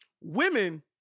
Women